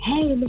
hey